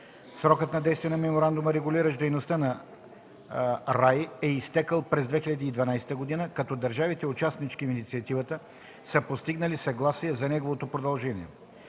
Срокът на действие на Меморандума, регулиращ дейността на РАИ, е изтекъл през 2012 г., като държавите – участнички в Инициативата, са постигнали съгласие за неговото продължаване.